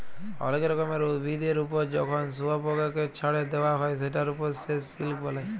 অলেক রকমের উভিদের ওপর যখন শুয়পকাকে চ্ছাড়ে দেওয়া হ্যয় সেটার ওপর সে সিল্ক বালায়